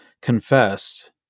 confessed